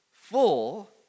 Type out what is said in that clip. full